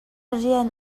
rian